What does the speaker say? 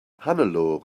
hannelore